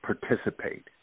participate